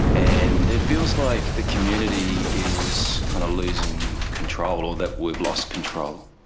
and it feels like the community is kind of losing control or that we've lost control.